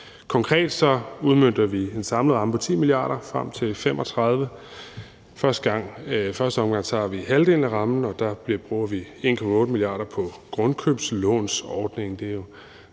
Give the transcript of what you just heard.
Konkret udmønter vi en samlet ramme på 10 mia. kr. frem til 2035. I første omgang tager vi halvdelen af rammen, og der bruger vi 1,8 mia. kr. på grundkøbslånsordning.